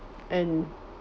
and